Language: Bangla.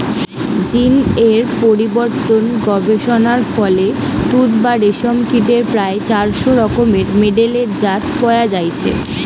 জীন এর পরিবর্তন গবেষণার ফলে তুত বা রেশম কীটের প্রায় চারশ রকমের মেডেলের জাত পয়া যাইছে